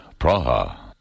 Praha